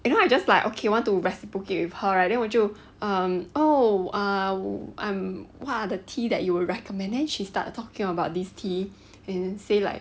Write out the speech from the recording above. you know I just like okay want to reciprocate with her right then 我就 oh ah um what are the tea that you would recommend then she started talking about this tea and then say like